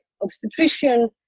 obstetrician